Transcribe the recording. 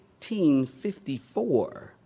1854